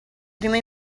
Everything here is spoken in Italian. prima